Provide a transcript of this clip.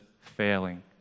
failing